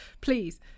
please